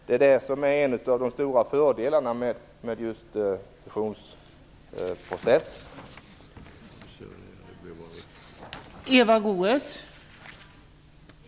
Det är en av de stora fördelarna med fusionsprocessen.